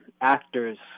actors